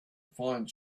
find